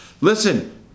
Listen